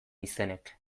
izenek